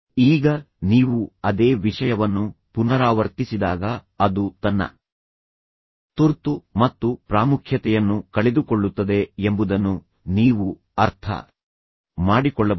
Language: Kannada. ಈಗ ನೀವು ಅದೇ ವಿಷಯವನ್ನು ಪುನರಾವರ್ತಿಸಿದಾಗ ಅದು ತನ್ನ ತುರ್ತು ಮತ್ತು ಪ್ರಾಮುಖ್ಯತೆಯನ್ನು ಕಳೆದುಕೊಳ್ಳುತ್ತದೆ ಎಂಬುದನ್ನು ನೀವು ಅರ್ಥ ಮಾಡಿಕೊಳ್ಳಬಹುದು